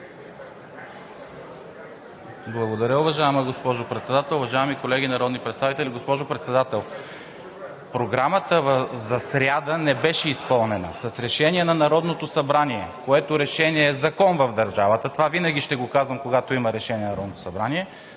Благодаря, уважаема госпожо Председател. Уважаеми колеги народни представители, госпожо Председател, Програмата за сряда не беше изпълнена. С решение на Народното събрание, което решение е закон в държавата – това винаги ще го казвам, когато има решение на Народното събрание,